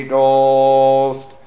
Ghost